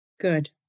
Good